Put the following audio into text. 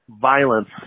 violence